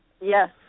Yes